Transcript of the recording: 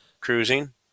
cruising